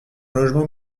logement